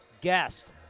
guest